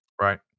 Right